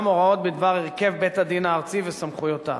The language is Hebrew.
הוראות בדבר הרכב בית-הדין הארצי וסמכויותיו.